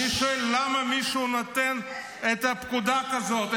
בניגוד --- אני שואל למה מישהו נותן פקודה כזאת,